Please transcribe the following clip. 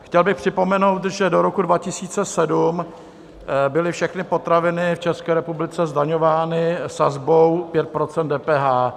Chtěl bych připomenout, že do roku 2007 byly všechny potraviny v České republice zdaňovány sazbou 5 % DPH.